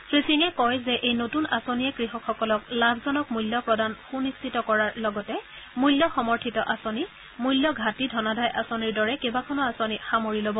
শ্ৰী সিঙে কয় যে এই নতুন আঁচনিয়ে কৃষকসকলক লাভজনক মূল্য প্ৰদান সুনিশ্চিত কৰাৰ লগতে মূল্য সমৰ্থিত আঁচনি মূল্য ঘাটি ধনাদায় আঁচনিৰ দৰে কেইবাখনো আঁচনি সামৰি ল'ব